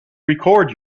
record